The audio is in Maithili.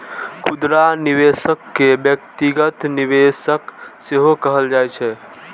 खुदरा निवेशक कें व्यक्तिगत निवेशक सेहो कहल जाइ छै